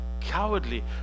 cowardly